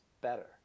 better